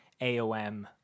AOM